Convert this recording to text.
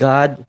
God